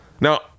Now